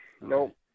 nope